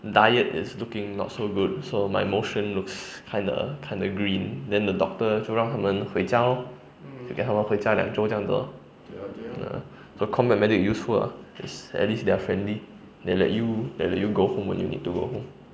diet is looking not so good so my motion looks kind of kind of green then the doctor 就让他们回家 lor 就给他们回家两周这样子 lor err so combat medic useful ah is at least they are friendly they let you they let you go home when you need to go home